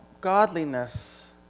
godliness